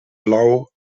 blau